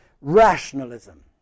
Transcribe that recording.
Rationalism